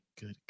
Good